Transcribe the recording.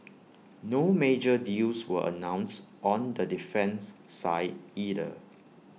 no major deals were announced on the defence side either